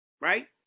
Right